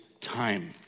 time